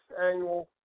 annual